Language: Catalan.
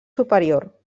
superior